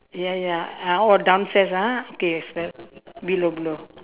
ya ya ah oh downstairs ah okay spell below below